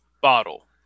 bottle